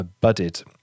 budded